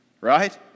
Right